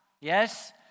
Yes